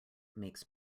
makes